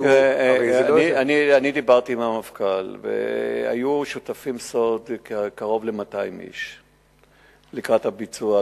אני דיברתי עם המפכ"ל והיו שותפים לסוד קרוב ל-200 איש לקראת הביצוע,